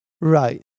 Right